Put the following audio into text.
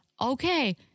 Okay